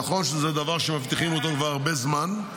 נכון שזה דבר שמבטיחים אותו כבר הרבה זמן,